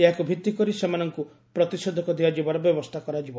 ଏହାକୁ ଭିଭିକରି ସେମାନଙ୍କୁ ପ୍ରତିଷେଧକ ଦିଆଯିବାର ବ୍ୟବସ୍ଥା କରାଯିବ